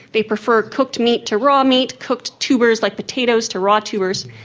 they prefer cooked meat to raw meat, cooked tubers like potatoes to raw tubers.